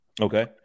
Okay